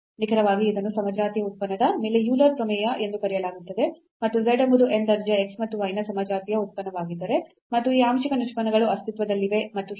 ನಿಖರವಾಗಿ ಇದನ್ನು ಸಮಜಾತೀಯ ಉತ್ಪನ್ನದ ಮೇಲೆ ಯೂಲರ್ ಪ್ರಮೇಯ Euler's theorem ಎಂದು ಕರೆಯಲಾಗುತ್ತದೆ ಮತ್ತು z ಎಂಬುದು n ದರ್ಜೆಯ x ಮತ್ತು y ನ ಸಮಜಾತೀಯ ಉತ್ಪನ್ನವಾಗಿದ್ದರೆ ಮತ್ತು ಈ ಆಂಶಿಕ ನಿಷ್ಪನ್ನಗಳು ಅಸ್ತಿತ್ವದಲ್ಲಿವೆ ಮತ್ತು ಹೀಗೆ